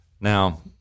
Now